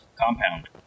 compound